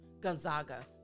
Gonzaga